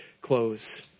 close